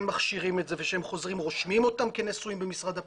מכשירים את זה וכשהם חוזרים רושמים אותם כנשואים במשרד הפנים.